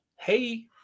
Hey